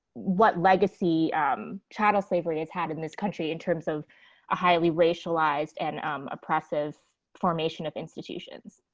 what legacy chattel slavery has had in this country in terms of a highly racialized and oppressive formation of institutions?